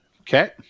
Okay